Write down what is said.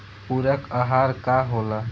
पुरक अहार का होला?